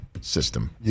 system